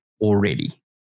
already